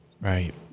Right